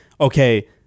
okay